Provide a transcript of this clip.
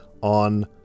on